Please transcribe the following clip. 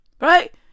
Right